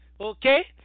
Okay